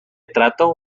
trato